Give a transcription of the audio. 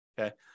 okay